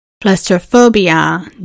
claustrophobia